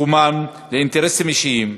מקומן לאינטרסים אישיים,